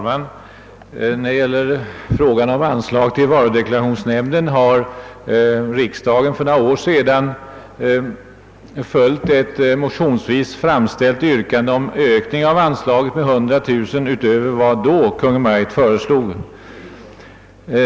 Herr talman! Vad beträffar anslag till varudeklarationsnämnden har riksdagen för några år sedan bifallit ett motionsvis framställt yrkande om ökning av anslaget med 100 000 kronor utöver vad Kungl. Maj:t då föreslog.